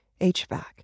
HVAC